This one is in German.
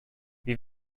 wie